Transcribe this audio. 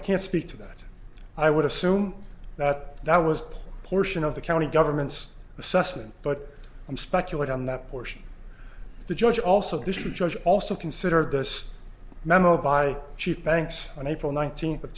i can't speak to that i would assume that that was portion of the county government's assessment but i'm speculate on that portion the judge also district judge also consider this memo by chief banks on april nineteenth of